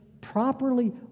properly